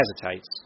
hesitates